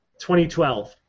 2012